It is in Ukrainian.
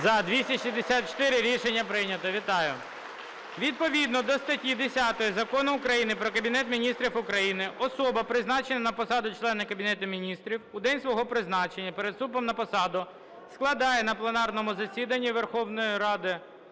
За-264 Рішення прийнято. Вітаю! Відповідно до статті 10 Закону України "Про Кабінет Міністрів України" особа, призначена на посаду члена Кабінету Міністрів, у день свого призначення перед вступом на посаду складає на пленарному засіданні Верховної Ради